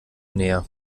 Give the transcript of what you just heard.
näher